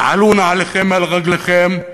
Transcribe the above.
שלו נעליכם מעל רגליכם,